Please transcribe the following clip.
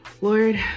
Lord